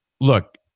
Look